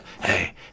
hey